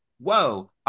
whoa